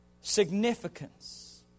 significance